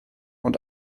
und